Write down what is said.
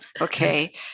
Okay